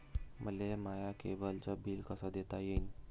मले माया केबलचं बिल कस देता येईन?